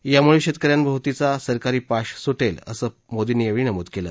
यामुळे शेतक यांभोवतीचा सावकारी पाश सुटेल असं मोदींनी यावेळी नमूद केलं